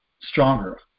stronger